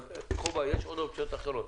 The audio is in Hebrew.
אבל יש עוד אופציות אחרות.